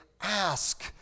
ask